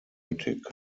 nötig